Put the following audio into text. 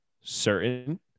certain